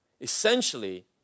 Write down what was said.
Essentially